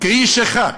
כאיש אחד.